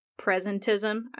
presentism